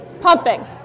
Pumping